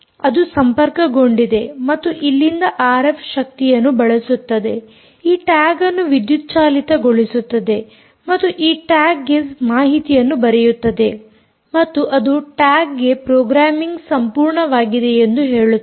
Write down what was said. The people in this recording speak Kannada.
ಅದು ಸಂಪರ್ಕಗೊಂಡಿದೆ ಮತ್ತು ಇಲ್ಲಿಂದ ಆರ್ಎಫ್ ಶಕ್ತಿಯನ್ನು ಬಳಸುತ್ತದೆ ಈ ಟ್ಯಾಗ್ ಅನ್ನು ವಿದ್ಯುತ್ ಚಾಲಿತಗೊಳಿಸುತ್ತದೆ ಮತ್ತು ಈ ಟ್ಯಾಗ್ ಗೆ ಮಾಹಿತಿಯನ್ನು ಬರೆಯುತ್ತದೆ ಮತ್ತು ಅದು ಟ್ಯಾಗ್ಗೆ ಪ್ರೋಗ್ರಾಮ್ಮಿಂಗ್ ಸಂಪೂರ್ಣವಾಗಿದೆಯೆಂದು ಹೇಳುತ್ತದೆ